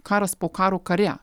karas po karo kare